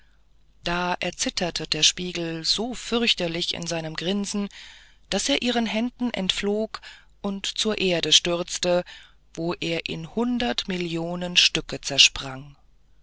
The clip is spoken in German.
da erzitterte der spiegel so fürchterlich in seinem grinsen daß er ihren händen entflog und zur erde stürzte wo er in hundert millionen stücke zersprang